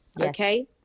Okay